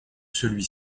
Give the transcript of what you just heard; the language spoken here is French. celui